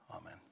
Amen